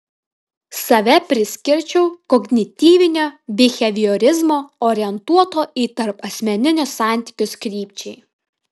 save priskirčiau kognityvinio biheviorizmo orientuoto į tarpasmeninius santykius krypčiai